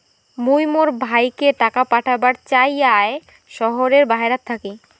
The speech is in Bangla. মুই মোর ভাইকে টাকা পাঠাবার চাই য়ায় শহরের বাহেরাত থাকি